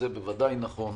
זה בוודאי נכון.